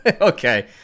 Okay